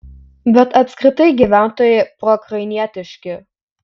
bet apskritai gyventojai proukrainietiški